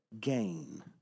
gain